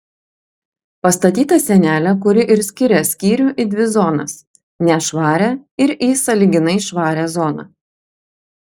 pastatyta sienelė kuri ir skiria skyrių į dvi zonas nešvarią ir į sąlyginai švarią zoną